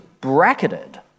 bracketed